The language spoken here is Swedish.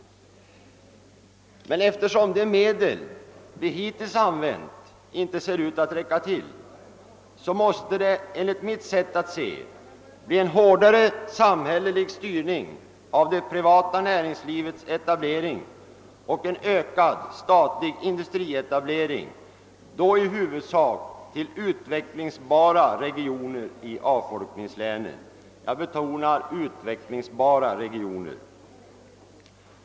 Eftersom de medel vi hittills har använt inte ser ut att räcka till måste det enligt mitt sätt att se bli en hårdare samhällelig styrning av det privata näringslivets etableringar och en ökad statlig industrietablering, då i huvudsak till utvecklingsbara regioner i avfolkningslänen — jag betonar: utvecklingsbara regioner.